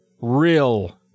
Real